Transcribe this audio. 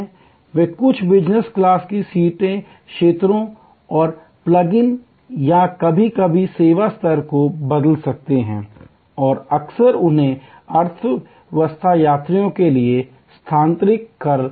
वे कुछ business class seat क्षेत्रों और प्लग इन या कभी कभी सेवा स्तर को बदल सकते हैं और अक्सर उन्हें अर्थव्यवस्था यात्रियों के लिए स्थानांतरित कर सकते हैं